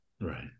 Right